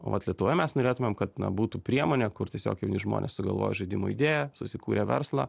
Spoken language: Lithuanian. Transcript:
o vat lietuvoje mes norėtumėm kad na būtų priemonė kur tiesiog jauni žmonės sugalvojo žaidimo idėją susikūrė verslą